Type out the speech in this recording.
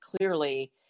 clearly